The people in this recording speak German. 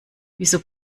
wieso